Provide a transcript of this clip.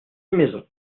maisons